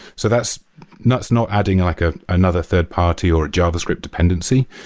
so that's not not adding like ah another third-party or a javascript dependency.